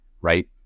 right